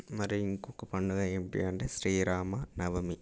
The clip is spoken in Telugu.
మరి ఇంకొక పండుగ ఏమిటి అంటే శ్రీరామనవమి